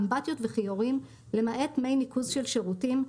אמבטיות וכיוריםלמעט מי ניקוז של שירותים,